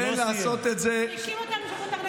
הוא האשים אותנו שאנחנו תרנגולות.